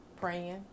praying